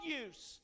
use